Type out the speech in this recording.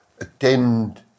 attend